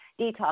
detox